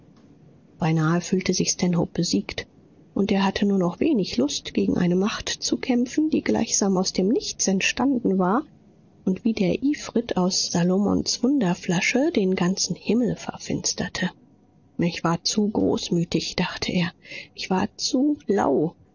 beinahe fühlte sich stanhope besiegt und er hatte nur noch wenig lust gegen eine macht zu kämpfen die gleichsam aus dem nichts entstanden war und wie der ifrid aus salomons wunderflasche den ganzen himmel verfinsterte ich war zu großmütig dachte er ich war zu lau